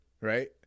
right